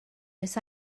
oes